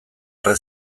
erre